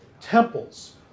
temples